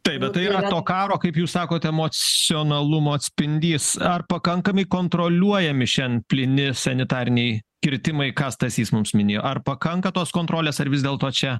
taip bet tai yra to karo kaip jūs sakote emocionalumo atspindys ar pakankamai kontroliuojami šen plyni sanitariniai kirtimai ką stasys mums minėjo ar pakanka tos kontrolės ar vis dėlto čia